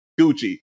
Gucci